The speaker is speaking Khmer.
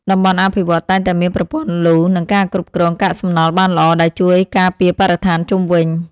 តំបន់អភិវឌ្ឍន៍តែងតែមានប្រព័ន្ធលូ និងការគ្រប់គ្រងកាកសំណល់បានល្អ ដែលជួយការពារបរិស្ថានជុំវិញ។